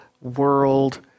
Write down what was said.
world